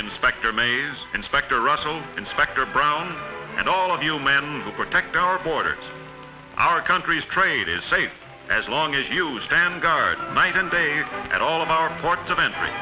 inspector maze inspector russell inspector brown and all of you men who protect our borders our country's trade is safe as long as you stand guard night and day at all of our ports of entry